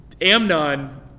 Amnon